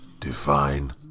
Define